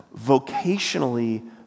vocationally